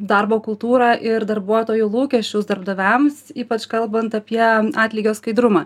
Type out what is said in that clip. darbo kultūrą ir darbuotojų lūkesčius darbdaviams ypač kalbant apie atlygio skaidrumą